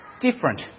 different